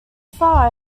far